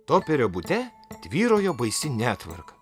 toperio bute tvyrojo baisi netvarka